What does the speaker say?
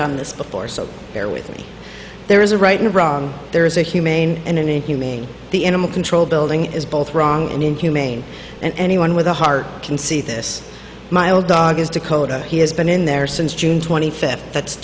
done this before so bear with me there is a right and wrong there is a humane and any humane the animal control building is both wrong and inhumane and anyone with a heart can see this my old dog is dakota he has been in there since june twenty fifth that's